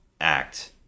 act